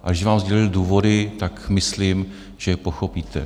A když vám sdělili důvody, tak myslím, že pochopíte.